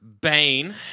Bane